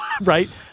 Right